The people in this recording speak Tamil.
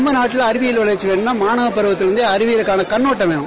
நம்ம நாட்டில அறிவியல் வளர்ச்சியினா மாணவப் பருவத்திலேயே அறிவியலுக்கான கண்ணோட்டம் வேணும்